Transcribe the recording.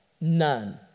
None